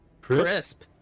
Crisp